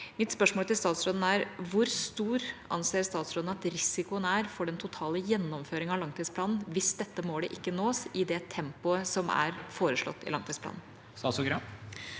Mitt spørsmål til statsråden er: Hvor stor anser statsråden at risikoen er for den totale gjennomføringen av langtidsplanen hvis dette målet ikke nås i det tempoet som er foreslått i langtidsplanen?